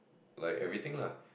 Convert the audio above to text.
like everything lah